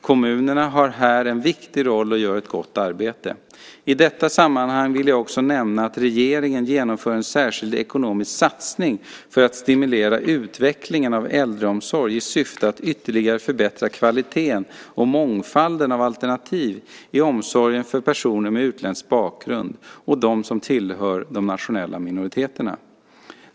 Kommunerna har här en viktig roll och gör ett gott arbete. I detta sammanhang vill jag också nämna att regeringen genomför en särskild ekonomisk satsning för att stimulera utvecklingen av äldreomsorg i syfte att ytterligare förbättra kvaliteten och mångfalden av alternativ i omsorgen för personer med utländsk bakgrund och de som tillhör de nationella minoriteterna.